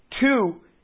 two